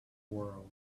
world